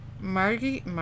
Margie